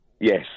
Yes